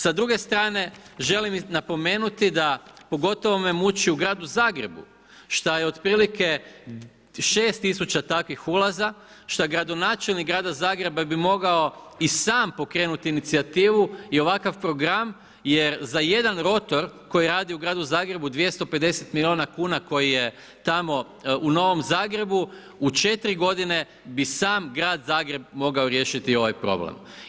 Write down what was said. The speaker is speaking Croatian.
Sa druge strane, želim napomenuti da, pogotovo me muči u gradu Zagrebu, što je otprilike 6000 takvih ulaza, što gradonačelnik grada Zagreba bi mogao i sam pokrenuti incijativu i ovakav program jer za jedan rotor koji radi u gradu Zagrebu 250 miliona kuna koji je tamo u Novom Zagrebu, u 4 godine bi sam grad Zagreb mogao riješiti ovaj problem.